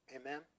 Amen